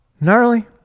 Gnarly